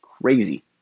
Crazy